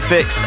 Fix